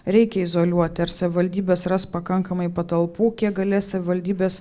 reikia izoliuoti ar savivaldybės ras pakankamai patalpų kiek galės savivaldybės